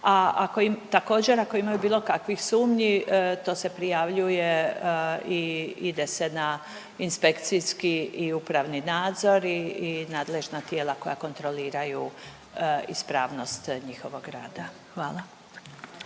također ako imaju bilo kakvih sumnji to se prijavljuje i ide se na inspekcijski i upravni nadzor i, i nadležna tijela koja kontroliraju ispravnost njihovog rada, hvala.